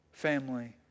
family